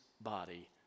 body